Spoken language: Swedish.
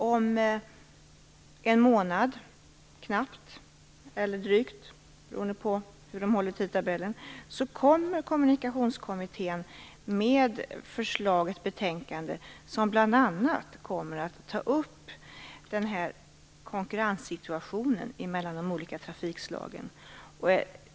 Om en månad, knappt eller drygt beroende på hur tidtabellen hålls, kommer Kommunikationskommittén med ett betänkande som bl.a. kommer att ta upp konkurrenssituationen mellan de olika trafikslagen.